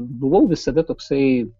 buvau visada toksai